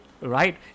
right